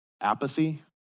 apathy